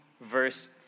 verse